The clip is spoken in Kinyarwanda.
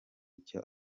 icyo